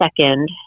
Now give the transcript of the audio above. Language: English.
second